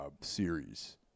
series